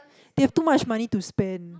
they have too much money to spend